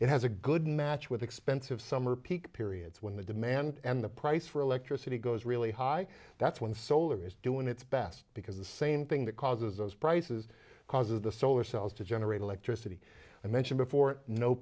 it has a good match with expensive summer peak periods when the demand and the price for electricity goes really high that's when solar is doing its best because the same thing that causes those prices causes the solar cells to generate electricity i mentioned before no